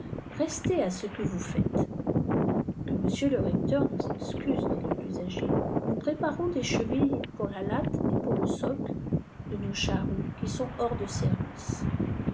rstea à ce que vous faites que monsieur le recteur nous excuse dit le plus âgé nous préparons ideacàenus pour la latte et pour le soc de nos charrues qui sont hors de service